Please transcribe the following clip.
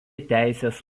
teisės